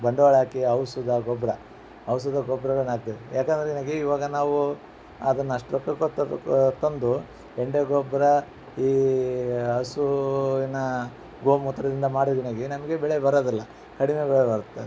ಬಂಡವಾಳ ಹಾಕಿ ಔಷಧ ಗೊಬ್ಬರ ಔಷಧ ಗೊಬ್ಬರಗಳ್ನ ಹಾಕ್ತಿವಿ ಯಾಕಂದ್ರೆನಗಿ ಇವಾಗ ನಾವು ಅದನ್ನು ರೊಕ್ಕ ಕೊಟ್ ತಗೊಕೋ ತಂದು ಹೆಂಡೆ ಗೊಬ್ಬರ ಈ ಹಸುವಿನ ಗೋಮೂತ್ರದಿಂದ ನಮಗೆ ಬೆಳೆ ಬರೋದಿಲ್ಲ ಕಡಿಮೆ ಬೆಳೆ ಬರುತ್ತದೆ